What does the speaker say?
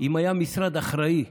אם היה משרד אחראי.